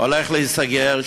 הולך להיסגר,